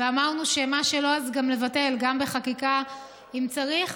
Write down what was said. ואמרנו שמה שלא, אז גם לבטל, גם בחקיקה, אם צריך.